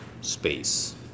space